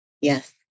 Yes